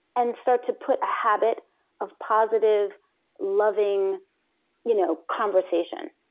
and start to put a habit of positive loving you know conversation.